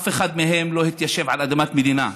אף אחד מהם לא התיישב על אדמת מדינה,